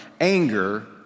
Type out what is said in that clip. anger